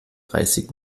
dreißig